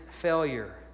failure